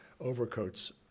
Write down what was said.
overcoats